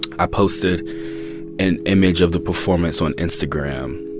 i posted an image of the performance on instagram.